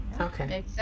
Okay